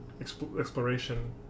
exploration